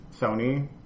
Sony